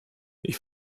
ich